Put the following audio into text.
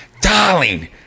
Darling